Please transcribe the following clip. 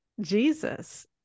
Jesus